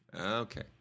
Okay